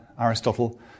Aristotle